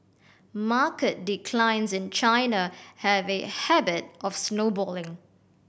market declines in China have a habit of snowballing